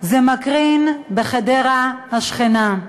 זה מקרין בחדרה השכנה.